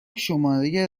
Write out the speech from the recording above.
شماره